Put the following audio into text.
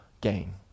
gain